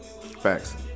Facts